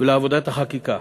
ולעבודת החקיקה.